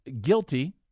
guilty